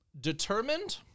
Determined